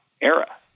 era